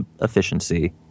efficiency